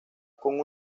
con